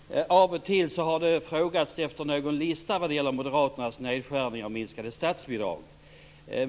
Herr talman! Av och till har det frågats efter någon lista när det gäller Moderaternas nedskärningar och när det gäller minskade statsbidrag.